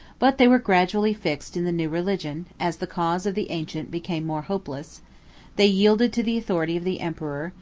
but they were gradually fixed in the new religion, as the cause of the ancient became more hopeless they yielded to the authority of the emperor,